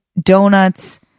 Donuts